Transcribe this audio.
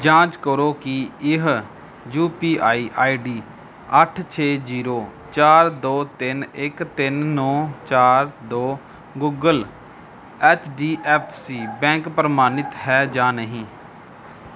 ਜਾਂਚ ਕਰੋ ਕਿ ਇਹ U P I I D ਅੱਠ ਛੇ ਜੀਰੋ ਚਾਰ ਦੋ ਤਿੰਨ ਇੱਕ ਤਿੰਨ ਨੌਂ ਚਾਰ ਦੋ Google H D F C bank ਪ੍ਰਮਾਣਿਤ ਹੈ ਜਾਂ ਨਹੀਂ ਹੈ